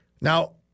Now